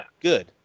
good